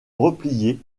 replier